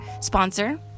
sponsor